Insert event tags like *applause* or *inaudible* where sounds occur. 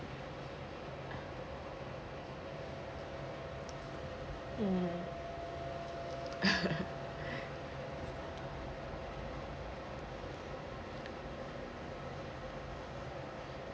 mm *laughs*